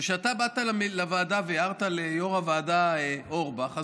וכשאתה באת והערת ליושב-ראש הוועדה אורבך,